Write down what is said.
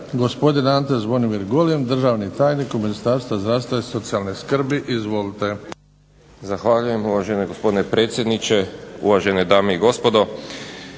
Gospodin Ante Zvonimir Golem, državni tajnik u Ministarstvu zdravstva i socijalne skrbi. Izvolite. **Golem, Ante Zvonimir** Zahvaljujem uvaženi gospodine predsjedniče, uvažene dame i gospodo.